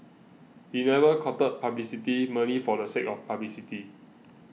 he never courted publicity merely for the sake of publicity